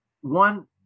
one